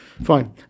fine